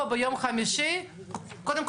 בנושא הזה של העיצומים הכספיים אני פה סומכת אך ורק על